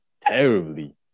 terribly